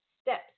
steps